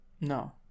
No